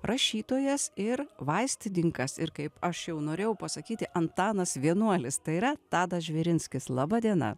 rašytojas ir vaistininkas ir kaip aš jau norėjau pasakyti antanas vienuolis tai yra tadas žvirinskis laba diena